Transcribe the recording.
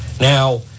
Now